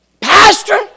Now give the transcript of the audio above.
Pastor